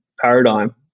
paradigm